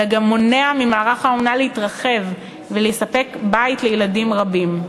אלא גם מונע ממערך האומנה להתרחב ולספק בית לילדים רבים.